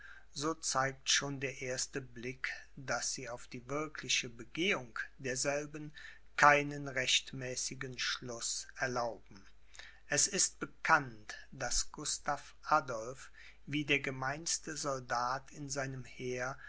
so zeigt schon der erste blick daß sie auf die wirkliche begehung derselben keinen rechtmäßigen schluß erlauben es ist bekannt daß gustav adolph wie der gemeinste soldat in seinem heer